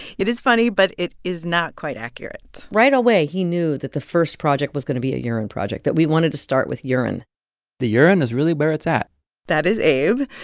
it is funny, but it is not quite accurate right away, he knew that the first project was going to be a urine project that we wanted to start with urine the urine is really where it's at that is abe.